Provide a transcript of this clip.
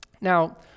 Now